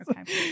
Okay